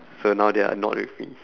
so now they are not with me